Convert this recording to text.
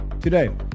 today